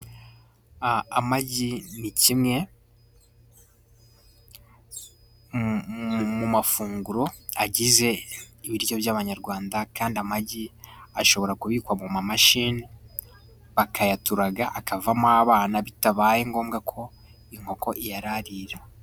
Amagi ni kimwe mu mafunguro, agize ibiryo by'abanyarwanda, Kandi amagi ashobora kubikwa mu mashini, bakayaturaga akavamo abana, bitabaye ngombwa ko inkoko iyararira.